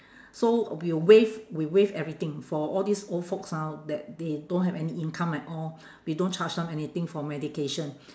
so we'll waive we waive everything for all these old folks ah that they don't have any income at all we don't charge them anything for medication